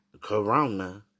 Corona